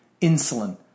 insulin